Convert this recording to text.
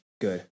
Good